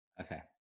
okay